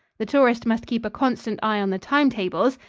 the tourist must keep a constant eye on the time-tables,